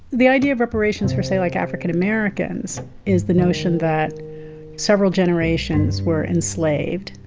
the idea of reparations for say like african americans is the notion that several generations were enslaved,